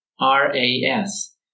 R-A-S